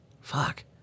Fuck